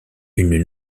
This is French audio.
une